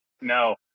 No